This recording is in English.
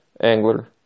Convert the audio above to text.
angler